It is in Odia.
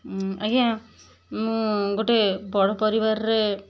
ଆଜ୍ଞା ମୁଁ ଗୋଟେ ବଡ଼ ପରିବାରରେ